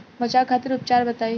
बचाव खातिर उपचार बताई?